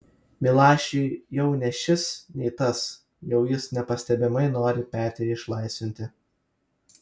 milašiui jau nei šis nei tas jau jis nepastebimai nori petį išlaisvinti